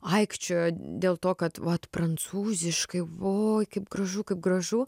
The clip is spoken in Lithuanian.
aikčiojo dėl to kad vat prancūziškai voi kaip gražu kaip gražu